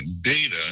data